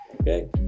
okay